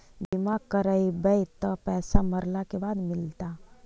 बिमा करैबैय त पैसा मरला के बाद मिलता?